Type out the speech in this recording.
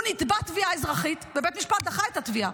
הוא נתבע תביעה אזרחית ובית המשפט דחה את התביעה.